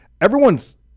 everyone's